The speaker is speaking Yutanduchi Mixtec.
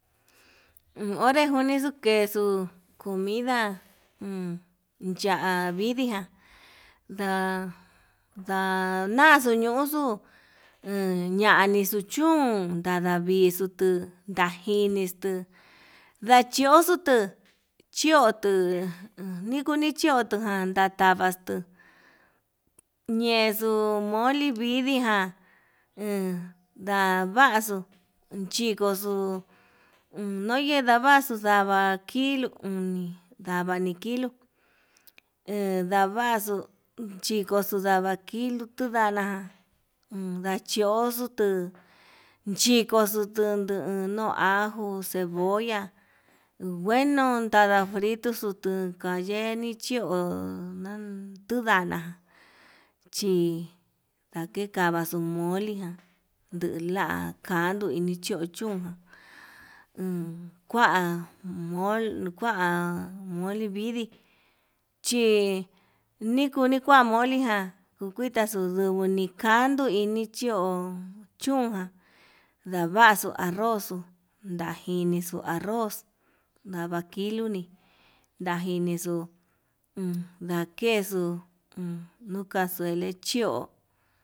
Uun onrenixu kexuu comida ya'á vidii ján, nda ndaxu ñuxuu en ñanixu chún ndadavixu chú ndajinixtu ndachioxo tuu chiotu nikuni chiotu ján, tatavaxtu ñexuu moli vidii ján en navaxu chikoxu oyii ndavaxu ndava kilu uni ndavani kilo, he ndavaxu chikoxu ndava kilo tundana uun ndachioxo tuu chikoxu tuntu nuu ajo, cebolla ngueno tadafrito xuu tunka yenii chio nan tundana chí ndake kavaxuu moli ján la kanduu ini xhio chún, un kua unkua moli vidii chi nikuni kua moli ján ku kuita chi unikandu uu moli ni xhio, chunjan ndavaxu arrozxo tajinixu arroz ndava kilo nii ndajinixu uun kexuu nuu casuele chio.